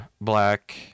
black